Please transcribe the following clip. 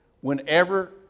whenever